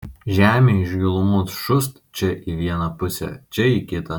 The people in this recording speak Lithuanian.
žemė iš gilumos šūst čia į vieną pusę čia į kitą